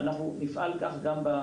לגבי